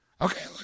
Okay